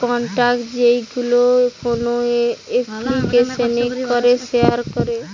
contact যেইগুলো কোন এপ্লিকেশানে করে শেয়ার করে